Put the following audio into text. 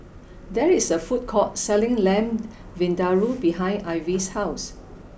there is a food court selling Lamb Vindaloo behind Ivy's house